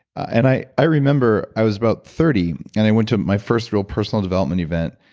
and i i remember i was about thirty, and i went to my first real personal development event,